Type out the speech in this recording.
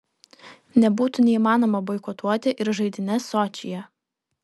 nebūtų neįmanoma boikotuoti ir žaidynes sočyje